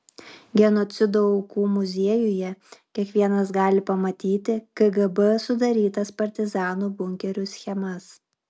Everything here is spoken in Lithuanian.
genocido aukų muziejuje kiekvienas gali pamatyti kgb sudarytas partizanų bunkerių schemas